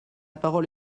parole